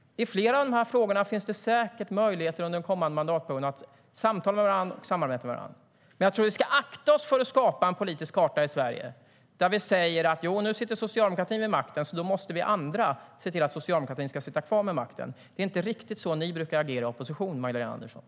I flera av de här frågorna finns det säkert möjligheter under de kommande mandatperioderna att samtala och samarbeta med varandra.